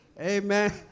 Amen